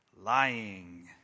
lying